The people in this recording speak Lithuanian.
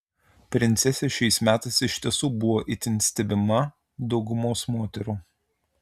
princesė šiais metais iš tiesų buvo itin stebima daugumos moterų